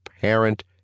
parent